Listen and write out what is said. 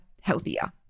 healthier